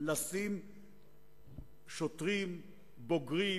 לשים שוטרים בוגרים.